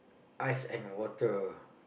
ice and water